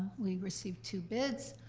we received two bids.